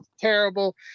terrible